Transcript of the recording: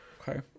Okay